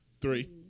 Three